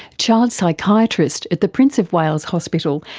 child psychiatrist at the prince of wales hospital,